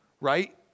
right